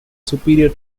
superior